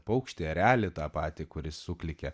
paukštį erelį tą patį kuris suklykia